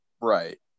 Right